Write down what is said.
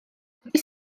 wedi